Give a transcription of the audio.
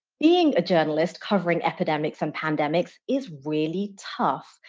being a journalist covering epidemics and pandemics is really tough.